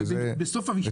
בסוף הישיבה.